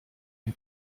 une